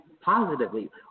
positively